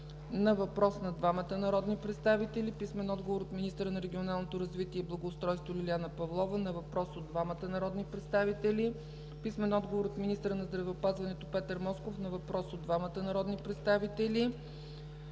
на въпрос на двамата народни представители; - министъра на регионалното развитие и благоустройството Лиляна Павлова на въпрос от двамата народни представители; - министъра на здравеопазването Петър Москов на въпрос от двамата народни представители,